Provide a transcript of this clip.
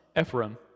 Ephraim